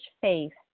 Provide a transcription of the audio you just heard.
faith